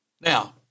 Now